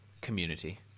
community